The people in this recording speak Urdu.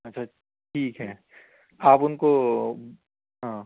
اچھا ٹھیک ہے آپ ان کو ہاں